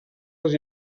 les